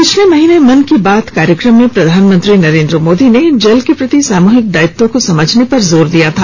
पिछले महीने मन की बात कार्यक्रम में प्रधानमंत्री नरेन्द्र मोदी ने जल के प्रति सामूहिक दायित्व को समझने पर जोर दिया था